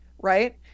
right